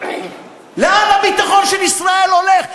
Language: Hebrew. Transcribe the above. לאן הביטחון של ישראל הולך?